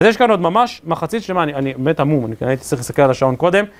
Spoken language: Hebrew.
ויש כאן עוד ממש מחצית שלמה, אני באמת המום, אני כנראה הייתי צריך להסתכל על השעון קודם.